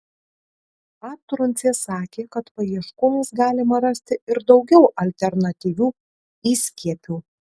a truncė sakė kad paieškojus galima rasti ir daugiau alternatyvių įskiepių